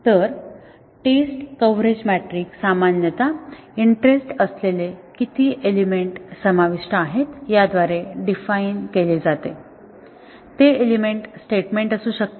तर test coverage metric सामान्यत interest असलेले किती एलिमेंट समाविष्ट आहेत याद्वारे डिफाइन केले जाते ते एलिमेंट स्टेटमेंट असू शकतात